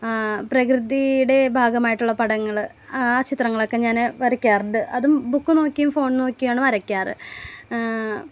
പ്രകൃതിയുടെ ഭാഗമായിട്ടുള്ള പടങ്ങൾ ആ ചിത്രങ്ങളൊക്കെ ഞാൻ വരയ്ക്കാറുണ്ട് അതും ബുക്ക് നോക്കിയും ഫോൺ നോക്കിയാണ് വരയ്ക്കാറ്